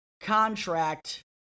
Contract